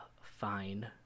fine